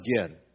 again